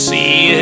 See